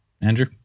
Andrew